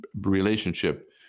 relationship